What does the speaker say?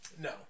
No